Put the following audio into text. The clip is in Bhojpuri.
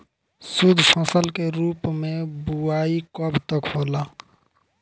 शुद्धफसल के रूप में बुआई कब तक होला?